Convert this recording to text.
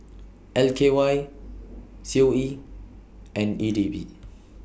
L K Y C O E and E D B